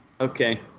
Okay